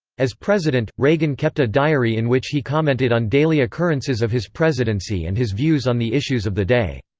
as president, reagan reagan kept a diary in which he commented on daily occurrences of his presidency and his views on the issues of the day.